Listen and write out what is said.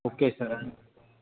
okay sir